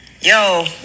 Yo